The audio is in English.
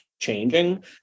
Changing